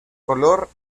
color